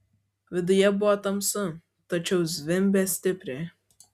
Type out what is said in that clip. viduje buvo tamsu tačiau zvimbė stipriai